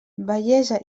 bellesa